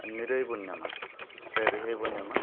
ᱱᱤᱨᱟᱹᱭᱵᱚᱱ ᱧᱟᱢᱟ ᱥᱮ ᱨᱤᱦᱟᱹᱭᱵᱚᱱ ᱧᱟᱢᱟ